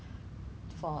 是 mosquito